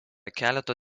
keleto